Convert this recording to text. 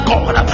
God